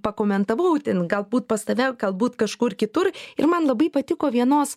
pakomentavau ten galbūt pas tave galbūt kažkur kitur ir man labai patiko vienos